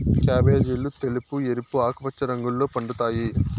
క్యాబేజీలు తెలుపు, ఎరుపు, ఆకుపచ్చ రంగుల్లో పండుతాయి